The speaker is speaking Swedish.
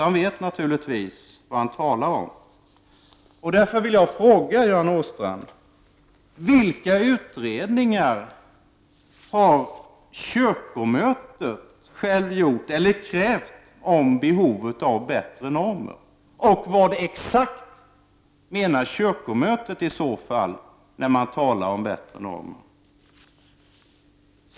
Han vet naturligtvis vad han talar om. Därför vill jag fråga Göran Åstrand: Vilka utredningar har kyrkomötet gjort eller krävt om behovet av bättre normer och vad exakt menar i så fall kyrkomötet när man talar om bättre normer?